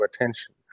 attention